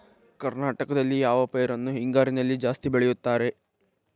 ಕರ್ನಾಟಕದಲ್ಲಿ ಯಾವ ಪೈರನ್ನು ಹಿಂಗಾರಿನಲ್ಲಿ ಜಾಸ್ತಿ ಬೆಳೆಯುತ್ತಾರೆ?